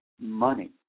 money